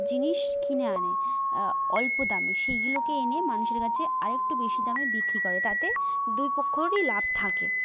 জিনিস কিনে আনে অল্পদামে সেইগুলোকে এনে মানুষের কাছে আরেকটু বেশি দামে বিক্রি করে তাতে দুই পক্ষরই লাভ থাকে